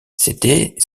c’était